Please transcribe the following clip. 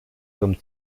zum